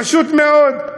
פשוט מאוד.